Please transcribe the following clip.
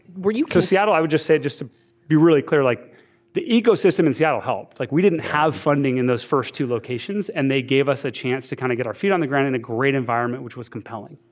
you know seattle, i would just say, just to be really clear, like the ecosystem in seattle helped. like we didnaeurt have funding in those first two locations and they gave us a chance to kind of get our feet on the ground in a great environment, which was compelling.